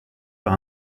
par